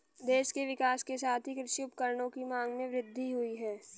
देश के विकास के साथ ही कृषि उपकरणों की मांग में वृद्धि हुयी है